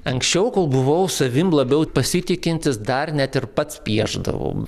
anksčiau kol buvau savim labiau pasitikintis dar net ir pats piešdavau